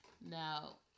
Now